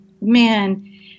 man